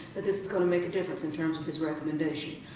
that this is going to make a difference in terms of his recommendation.